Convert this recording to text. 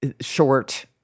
short